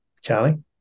Charlie